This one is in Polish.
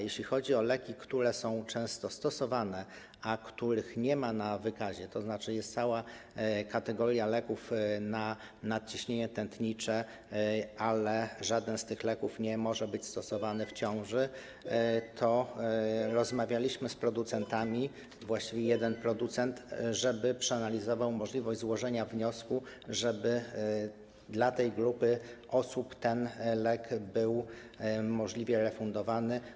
Jeśli chodzi o leki, które są często stosowane, a których nie ma w wykazie, jest cała kategoria leków na nadciśnienie tętnicze, ale żaden z tych leków nie może być stosowany w okresie ciąży, to rozmawialiśmy z producentami, a właściwie jednym producentem, żeby przeanalizował możliwość złożenia wniosku, by dla tej grupy osób ten lek był możliwie refundowany.